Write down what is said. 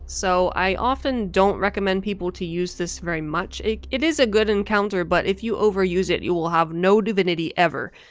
so i often don't recommend people to use this very much. it is a good encounter but if you overuse it you, will have no divinity ever.